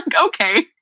okay